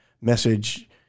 message